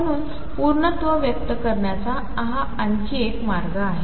म्हणून पूर्णत्व व्यक्त करण्याचा हा आणखी एक मार्ग आहे